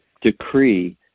decree